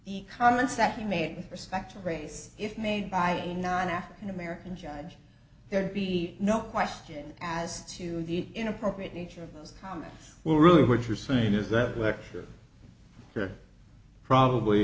the comments that he made with respect to race if made by a not an african american judge there'd be no question as to the inappropriate nature of those comments well really what you're saying is that there are probably